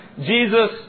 Jesus